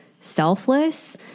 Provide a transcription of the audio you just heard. selfless